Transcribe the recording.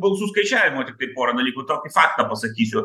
balsų skaičiavimo tiktai pora dalykų tokį faktą pasakysiu